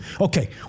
Okay